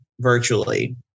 virtually